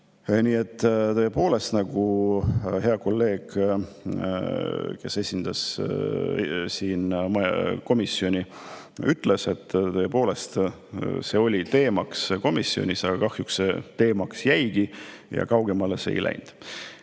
Nii et tõepoolest, nagu hea kolleeg, kes esindas siin komisjoni, ütles, oli see teemaks komisjonis, aga kahjuks see teemaks jäigi ja kaugemale sellega ei mindud.